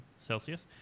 Celsius